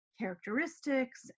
characteristics